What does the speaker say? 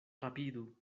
rapidu